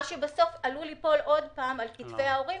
מה שבסוף עלול ליפול עוד פעם על כתפי ההורים